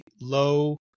low